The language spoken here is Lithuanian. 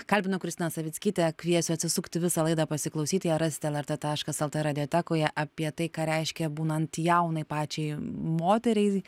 kalbinu kristiną savickytę kviesiu atsisukti visą laidą pasiklausyti ją rasite lrt taškas lt radiotekoje apie tai ką reiškia būnant jaunai pačiai moteriai